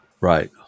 Right